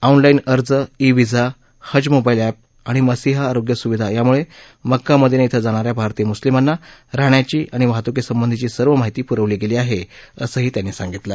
online अर्ज e visa हज mobile app आणि मसिहा आरोग्य सुविधा यामुळे मक्का मदिना इथं जाणा या भारतीय मुस्लिमांना राहण्याची आणि वाहतुकीसंबंधीची सर्व माहिती पुरवली गेली आहे असंही त्यांनी सांगितलं